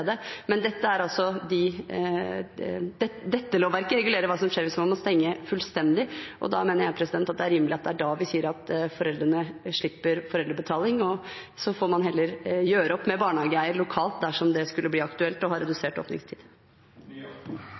Men dette lovverket regulerer hva som skjer hvis man må stenge fullstendig, og det er da jeg mener det er rimelig at foreldrene slipper foreldrebetaling. Så får man heller gjøre opp med barnehageeier lokalt dersom det skulle bli aktuelt å ha redusert åpningstid.